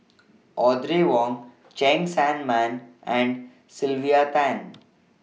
Audrey Wong Cheng Tsang Man and Sylvia Tan